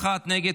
בעד, 31, נגד,